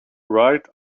ride